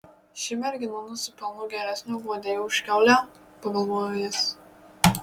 ši mergina nusipelno geresnio guodėjo už kiaulę pagalvojo jis